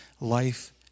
life